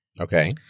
Okay